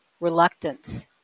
reluctance